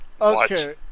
Okay